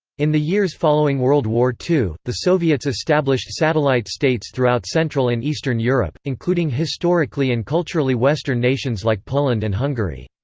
in the years following world war ii, the soviets established satellite states throughout central and eastern europe, including historically and culturally western nations like poland and hungary.